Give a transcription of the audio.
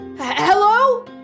Hello